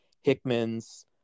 Hickman's